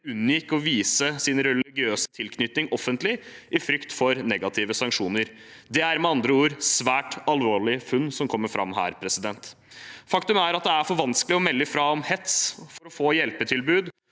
unngikk å vise sin religiøse tilknytning offentlig i frykt for negative sanksjoner. Det er med andre ord svært alvorlige funn som kommer fram her. Faktum er at det er for vanskelig å melde fra om hets, for få hjelpetilbud